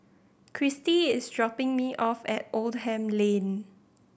kristy is dropping me off at Oldham Lane